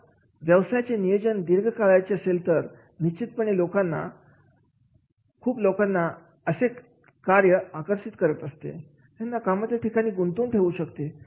तर व्यवसायाचे नियोजन दीर्घकाळाच्या असेल तर निश्चितपणे खूप लोकांना असे कार्य आकर्षित करत असते त्यांना कामाच्या ठिकाणी गुंतवून ठेवू शकते